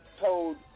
told